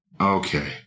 okay